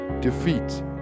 Defeat